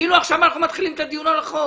כאילו עכשיו אנחנו מתחילים את הדיון על החוק.